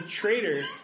traitor